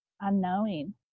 unknowing